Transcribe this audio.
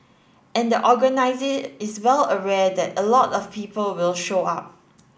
and the organiser is well aware that a lot of people will show up